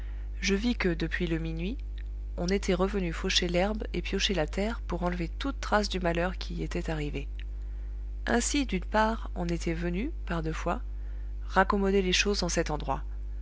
je vis que depuis le minuit on était revenu faucher l'herbe et piocher la terre pour enlever toute trace du malheur qui y était arrivé ainsi d'une part on était venu par deux fois raccommoder les choses en cet endroit